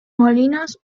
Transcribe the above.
molinos